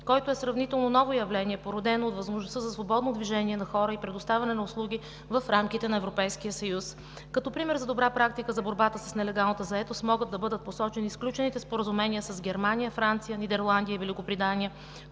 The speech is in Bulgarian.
който е сравнително ново явление, породено от възможността за свободно движение на хора и предоставяне на услуги в рамките на Европейския съюз. Като пример за добра практика за борба с нелегалната заетост могат да бъдат посочени сключените споразумения с Германия, Франция, Нидерландия и Великобритания,